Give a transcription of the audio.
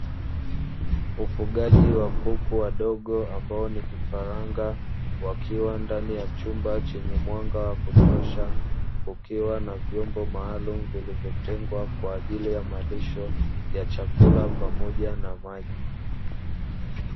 Ufugaji wa kuku wadogo ambao ni vifaranga wakiwa ndani ya chumba chenye mwanga wa kutosha, kukiwa na vyombo maalumu vilivyotengwa kwa ajili ya malisho ya chakula pamoja na maji.